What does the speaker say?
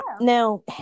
Now